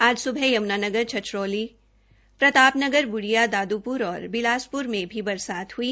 आज सुबह यमुनानगर छछरौली प्रतापनगर ब्रडिया दादूपुर और बिलासपुर में भी बरसात हुई